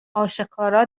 آشکارا